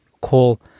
call